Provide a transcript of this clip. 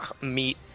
meat